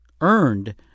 earned